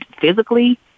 physically